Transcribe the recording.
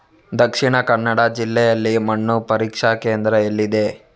ದಕ್ಷಿಣ ಕನ್ನಡ ಜಿಲ್ಲೆಯಲ್ಲಿ ಮಣ್ಣು ಪರೀಕ್ಷಾ ಕೇಂದ್ರ ಎಲ್ಲಿದೆ?